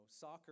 soccer